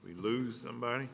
we lose somebody